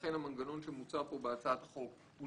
לכן המנגנון שמוצע פה בהצעת החוק לא